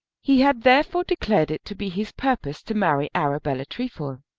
he had therefore declared it to be his purpose to marry arabella trefoil,